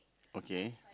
okay